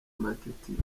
marketing